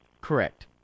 Correct